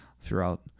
throughout